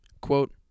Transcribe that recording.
quote